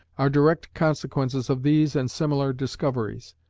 are direct consequences of these and similar discoveries.